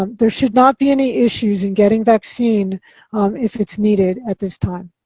um there should not be any issues in getting vaccine um if it's needed at this time.